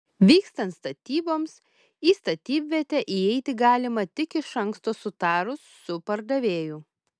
vykstant statyboms į statybvietę įeiti galima tik iš anksto sutarus su pardavėju